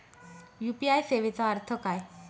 UPI सेवेचा अर्थ काय?